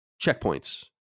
checkpoints